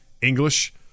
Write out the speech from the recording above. English